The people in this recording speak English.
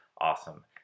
awesome